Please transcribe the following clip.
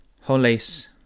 holes